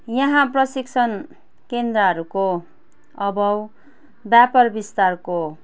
यहाँ प्रशिक्षण केन्द्रहरूको अभाव व्यापार विस्तारको